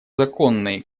законные